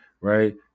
right